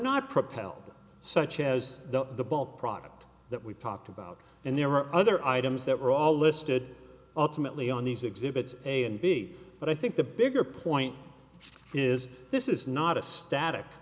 not propelled such as the ball product that we talked about and there were other items that were all listed ultimately on these exhibits a and b but i think the bigger point is this is not a static